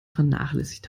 vernachlässigt